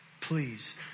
please